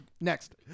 Next